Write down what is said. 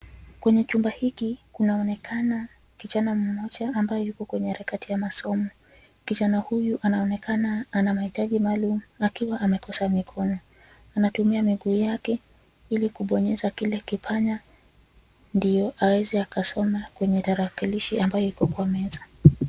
Kwenye chumba hiki kunaonekana kijana mmoja ambaye yuko kwenye harakati ya masomo. Kijana huyu anaonekana ana mahitaji maalum akiwa amekosa mikono. Anatumia miguu yake ili kubonyeza kile kipanya ndiyo aweze akasoma kwenye tarakilishi ambayo iko kwa meza.